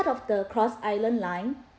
part of the cross island line